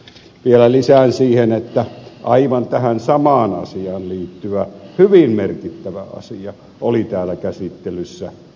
vielä lisään siihen että aivan tähän samaan asiaan liittyvä hyvin merkittävä asia oli täällä käsittelyssä tällä viikolla